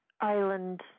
island